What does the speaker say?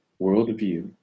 worldview